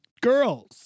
girls